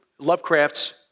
Lovecraft's